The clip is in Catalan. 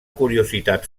curiositat